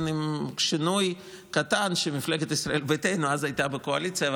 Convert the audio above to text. עם שינוי קטן: מפלגת ישראל ביתנו אז הייתה בקואליציה,